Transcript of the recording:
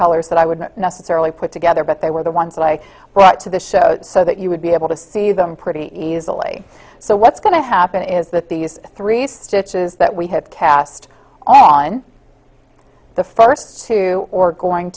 colors that i wouldn't necessarily put together but they were the ones that i brought to the show so that you would be able to see them pretty easily so what's going to happen is that these three stitches that we had cast on the first two or going